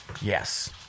Yes